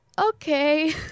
Okay